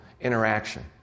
interaction